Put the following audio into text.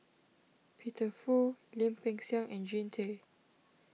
Peter Fu Lim Peng Siang and Jean Tay